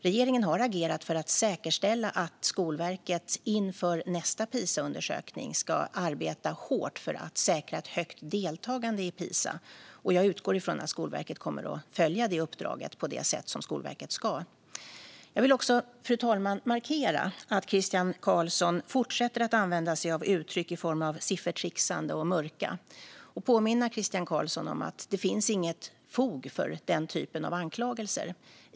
Regeringen har agerat för att säkerställa att Skolverket inför nästa Pisaundersökning ska arbeta hårt för att säkra ett högt deltagande i Pisa. Jag utgår från att Skolverket kommer att följa det uppdraget på det sätt som Skolverket ska. Fru talman! Jag vill också markera att Christian Carlsson fortsätter att använda sig av uttryck i form av "siffertrixande" och "mörka". Jag vill påminna Christian Carlsson om att det inte finns något fog för den typen av anklagelser.